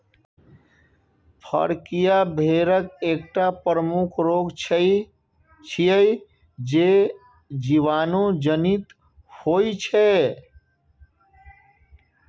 फड़कियां भेड़क एकटा प्रमुख रोग छियै, जे जीवाणु जनित होइ छै